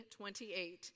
28